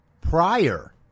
prior